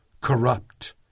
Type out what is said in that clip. corrupt